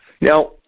Now